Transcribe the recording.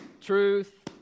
truth